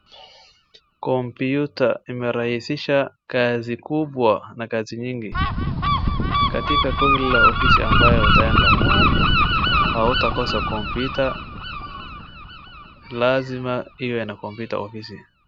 Kompyuta imerahisisha kazi kubwa na kazi nyingi. Katika kundi la ofisi ambayo utaenda, hautakosa kompyuta lazima iwe na kompyuta ofisi.